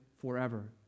forever